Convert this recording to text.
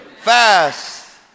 fast